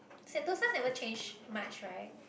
Sentosa never change much right